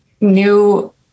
new